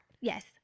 Yes